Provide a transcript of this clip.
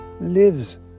lives